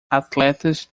atletas